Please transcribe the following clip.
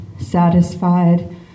satisfied